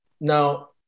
Now